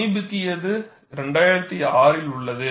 சமீபத்தியது 2006 ல் உள்ளது